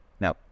No